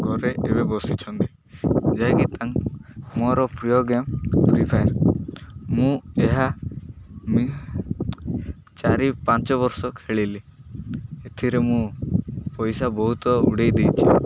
ଘରେ ଏବେ ବସିଛନ୍ତି ଯାହାକି ତା ମୋର ପ୍ରିୟ ଗେମ୍ ଫ୍ରି ଫାୟାର ମୁଁ ଏହା ଚାରି ପାଞ୍ଚ ବର୍ଷ ଖେଳିଲି ଏଥିରେ ମୁଁ ପଇସା ବହୁତ ଉଡ଼େଇ ଦେଇଛି